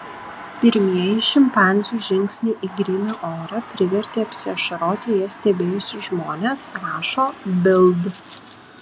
pirmieji šimpanzių žingsniai į gryną orą privertė apsiašaroti jas stebėjusius žmones rašo bild